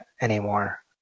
anymore